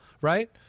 right